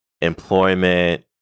employment